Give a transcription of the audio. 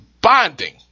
bonding